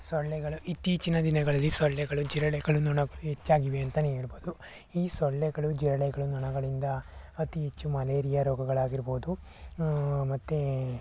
ಸೊಳ್ಳೆಗಳು ಇತ್ತೀಚಿನ ದಿನಗಳಲ್ಲಿ ಸೊಳ್ಳೆಗಳು ಜಿರಳೆಗಳು ನೊಣಗಳು ಹೆಚ್ಚಾಗಿವೆ ಅಂತಲೇ ಹೇಳ್ಬೋದು ಈ ಸೊಳ್ಳೆಗಳು ಜಿರಳೆಗಳು ನೊಣಗಳಿಂದ ಅತಿ ಹೆಚ್ಚು ಮಲೇರಿಯಾ ರೋಗಗಳಾಗಿರ್ಬೋದು ಮತ್ತು